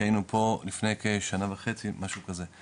שהיינו פה לפני כשנה וחצי, משהו כזה.